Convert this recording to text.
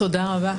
תודה רבה.